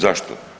Zašto?